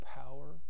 power